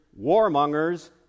warmongers